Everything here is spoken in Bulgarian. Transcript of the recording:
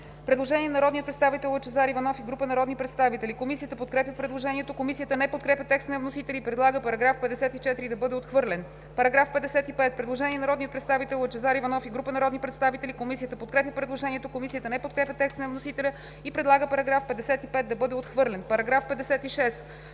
предложение от народния представител Лъчезар Иванов и група народни представители. Комисията подкрепя предложението. Комисията не подкрепя текста на вносителя и предлага § 46 да бъде отхвърлен. По § 47 има предложение на народния представител Лъчезар Иванов и група народни представители. Комисията подкрепя предложението. Комисията не подкрепя текста на вносителя и предлага § 47 да бъде отхвърлен. ПРЕДСЕДАТЕЛ